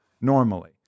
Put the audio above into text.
normally